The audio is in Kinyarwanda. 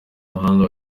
umuhanda